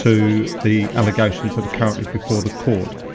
to the allegations that are currently before the court.